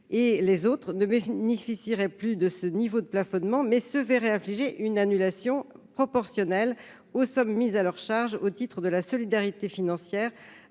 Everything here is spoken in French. Les autres ne bénéficieraient plus de ce niveau de plafonnement, mais se verraient infliger une annulation proportionnelle aux sommes mises à leur charge au titre de la solidarité financière